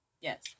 Yes